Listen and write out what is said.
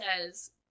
says